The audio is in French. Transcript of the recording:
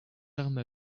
armes